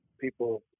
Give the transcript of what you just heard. people